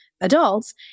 adults